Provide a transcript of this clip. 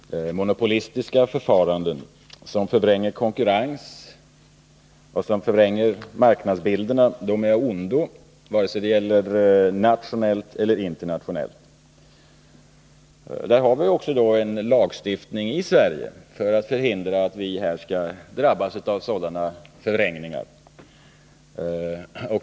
Herr talman! Monopolistiska förfaranden, såväl nationella som internationella, som förvränger konkurrensen och marknadsbilden är av ondo. Vi har också en lagstiftning i Sverige för att förhindra att vi drabbas av sådana förvrängningar.